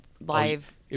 live